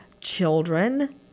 children